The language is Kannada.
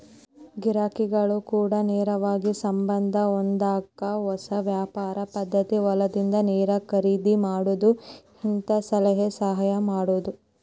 ಗಿರಾಕಿಗಳ ಕೂಡ ನೇರವಾಗಿ ಸಂಬಂದ ಹೊಂದಾಕ ಹೊಸ ವ್ಯಾಪಾರ ಪದ್ದತಿ ಹೊಲದಿಂದ ನೇರ ಖರೇದಿ ಮಾಡುದು ಹಿಂತಾ ಸಲಹೆ ಸಹಾಯ ಮಾಡುದು